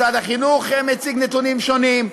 משרד החינוך מציג נתונים שונים,